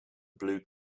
blue